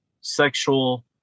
sexual